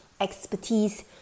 expertise